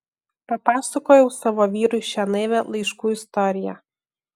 papasakojau savo vyrui šią naivią laiškų istoriją